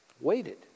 waited